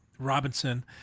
Robinson